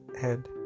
head